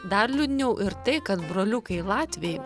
dar liūdniau ir tai kad broliukai latviai